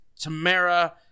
Tamara